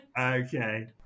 Okay